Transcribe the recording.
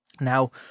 Now